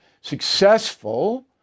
successful